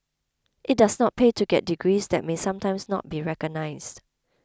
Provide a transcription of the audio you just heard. it does not pay to get degrees that may sometimes not be recognised